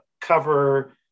cover